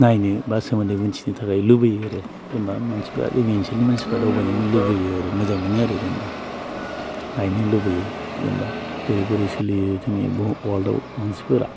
नायनो एबा सोमोन्दै मोनथिनो थाखाय लुबैयो आरो जेनेबा मानसिफोरा जोंनि ओनसोलनि मानसिफोरा दावबायनो लुबैयो आरो मोजां मोनो आरो जेनेबा नायनो लुबैयो जेनेबा बोरै बोरै सोलियो जोंनि वर्ल्डआव मानसिफोरा